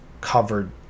covered